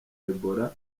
ebola